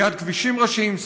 ליד כבישים ראשיים,